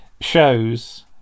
shows